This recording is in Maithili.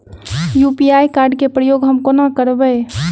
यु.पी.आई केँ प्रयोग हम कोना करबे?